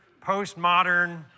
postmodern